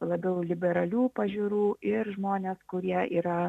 labiau liberalių pažiūrų ir žmones kurie yra